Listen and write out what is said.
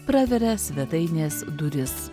praveria svetainės duris